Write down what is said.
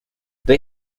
they